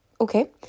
Okay